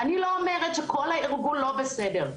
אני לא אומרת שכל הארגון לא בסדר.